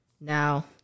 now